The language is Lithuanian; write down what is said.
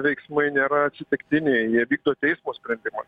veiksmai nėra atsitiktiniai jie vykdo teismo sprendimą